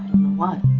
what.